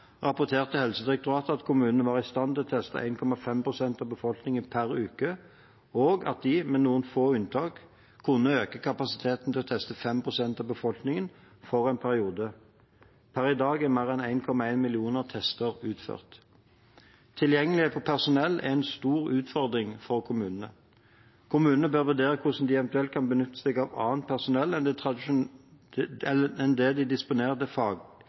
rapporterte Helsedirektoratet at kommunene var i stand til å teste 1,5 pst. av befolkningen per uke, og at de – med noen få unntak – kunne øke kapasiteten til å teste 5 pst. av befolkningen for en periode. Per i dag er mer enn 1,1 millioner tester utført. Tilgjengelighet på personell er en stor utfordring for kommunene. Kommunene bør vurdere hvordan de eventuelt kan benytte seg av annet personell enn det